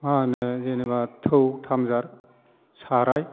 मा होनो जेनबा थौ थामजार साराइ